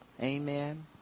Amen